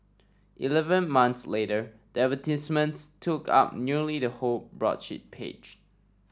eleven months later the advertisements took up nearly the whole broadsheet page